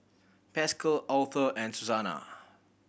Pascal Authur and Suzanna